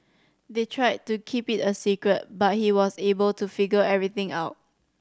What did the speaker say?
they tried to keep it a secret but he was able to figure everything out